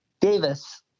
Davis